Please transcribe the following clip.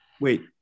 Wait